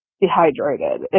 dehydrated